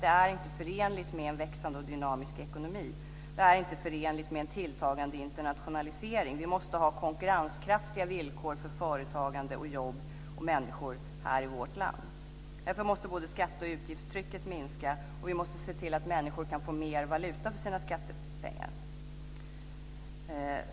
Det är inte förenligt med en växande och dynamisk ekonomi. Det är inte förenligt med en tilltagande internationalisering. Vi måste ha konkurrenskraftiga villkor för företagande, jobb och människor här i vårt land. Därför måste både skatte och utgiftstrycket minska, och vi måste se till att människor kan få mer valuta för sina skattepengar.